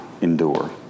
endure